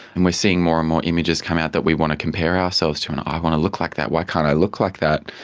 and we are seeing more and more images coming out that we want to compare ourselves to and i want to look like that, why can't i look like that?